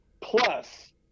Plus